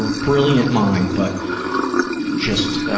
brilliant mind, but just